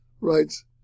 writes